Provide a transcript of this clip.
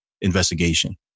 investigation